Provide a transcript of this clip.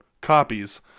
copies